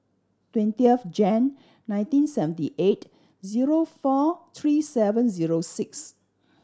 twenty of Jan nineteen seventy eight zero four three seven zero six